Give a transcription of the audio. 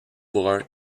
bruns